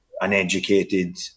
uneducated